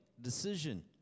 decision